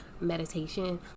meditation